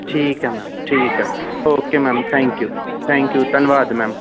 ਠੀਕ ਹੈ ਮੈਮ ਠੀਕ ਹੈ okay ma'am thank you thank you ਧੰਨਵਾਦ ਮੈਮ